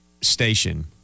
station